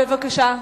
בבקשה.